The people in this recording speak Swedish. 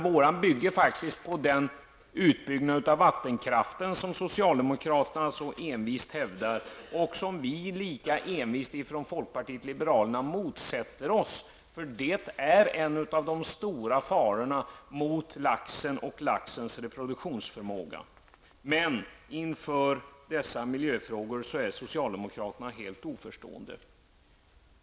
Men vår reservation bygger faktiskt på den utbyggnad av vattenkraften som socialdemokraterna så envist hävdar och som vi från folkpartiet liberalerna lika envist motsätter oss, eftersom det är en av de stora farorna mot laxen och dess reproduktionsförmåga. Men inför dessa miljöfrågor är socialdemokraterna helt oförstående.